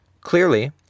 Clearly